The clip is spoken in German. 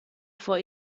vor